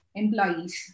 employees